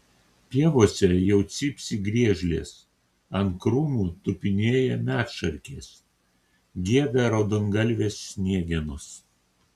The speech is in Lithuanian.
pievose jau cypsi griežlės ant krūmų tupinėja medšarkės gieda raudongalvės sniegenos